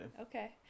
Okay